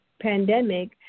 pandemic